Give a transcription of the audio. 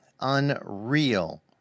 Unreal